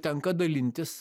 tenka dalintis